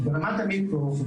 ברמת המיקרו,